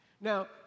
Now